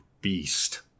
beast